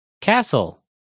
Castle